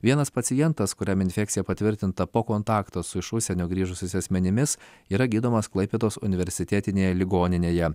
vienas pacientas kuriam infekcija patvirtinta po kontakto su iš užsienio grįžusiais asmenimis yra gydomas klaipėdos universitetinėje ligoninėje